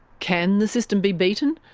can the system be beaten?